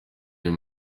uyu